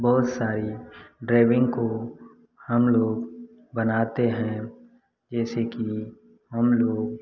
बहुत सारी ड्रेविंग को हम लोग बनाते हैं जैसे कि हम लोग